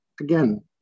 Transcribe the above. again